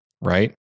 right